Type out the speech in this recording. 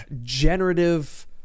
generative